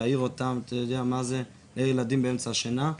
אתה יודע מה זה להעיר אותם?